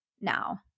now